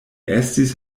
estis